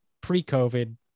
pre-covid